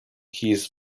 keys